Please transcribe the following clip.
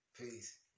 Peace